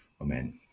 Amen